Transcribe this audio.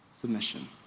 submission